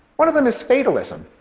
one of them is fatalism.